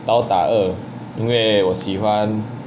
因为我喜欢